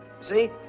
See